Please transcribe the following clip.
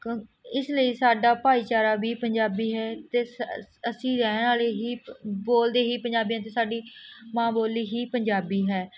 ਕੰ ਇਸ ਲਈ ਸਾਡਾ ਭਾਈਚਾਰਾ ਵੀ ਪੰਜਾਬੀ ਹੈ ਅਤੇ ਸ ਅਸੀਂ ਰਹਿਣ ਵਾਲੇ ਹੀ ਬੋਲਦੇ ਹੀ ਪੰਜਾਬੀਆਂ 'ਚ ਸਾਡੀ ਮਾਂ ਬੋਲੀ ਹੀ ਪੰਜਾਬੀ ਹੈ